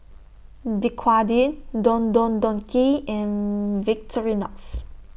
Dequadin Don Don Donki and Victorinox